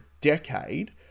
decade